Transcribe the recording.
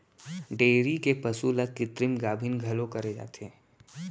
dairy के पसु ल कृत्रिम गाभिन घलौ करे जाथे